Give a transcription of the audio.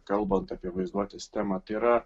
kalbant apie vaizduotės temą tai yra